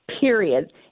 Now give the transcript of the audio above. period